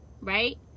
right